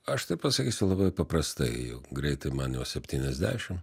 aš tai pasakysiu labai paprastai jau greitai man jau septyniasdešim